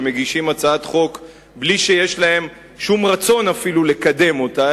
ומגישים הצעת חוק בלי שיש להם שום רצון אפילו לקדם אותה,